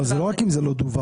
אבל זה לא רק אם זה לא דווח,